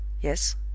Yes